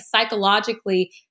psychologically